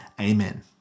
Amen